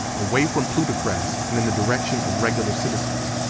away from plutocrats and in the direction of regular citizens.